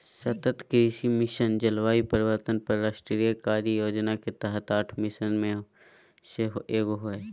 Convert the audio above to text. सतत कृषि मिशन, जलवायु परिवर्तन पर राष्ट्रीय कार्य योजना के तहत आठ मिशन में से एगो हइ